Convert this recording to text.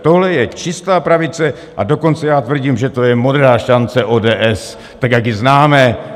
Tohle je čistá pravice, a dokonce já tvrdím, že to je Modrá šance ODS, tak jak ji známe.